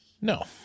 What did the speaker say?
No